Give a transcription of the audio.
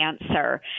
answer